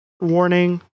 warning